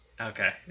Okay